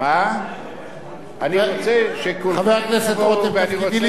חבר הכנסת רותם, תפקידי לשמור עליך.